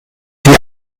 die